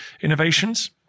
innovations